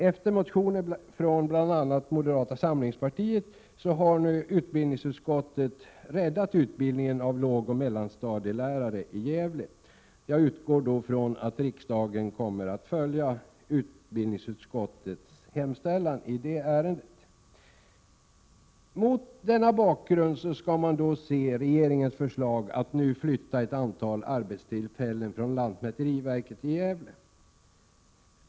Efter motioner från bl.a. moderata samlingspartiet har nu utbildningsutskottet räddat utbildningen av lågoch mellanstadielärare i Gävle. Jag utgår då ifrån att riksdagen kommer att bifalla utbildningsutskottets hemställan i det ärendet. Mot denna bakgrund skall man se regeringens förslag att nu flytta ett antal arbetstillfällen från lantmäteriverket i Gävle.